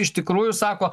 iš tikrųjų sako